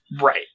Right